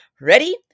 Ready